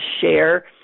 share